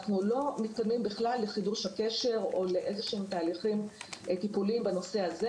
אנחנו לא מתקדמים לחידוש הקשר או לאיזשהם תהליכים טיפוליים בנושא הזה,